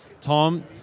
Tom